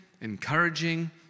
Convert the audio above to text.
encouraging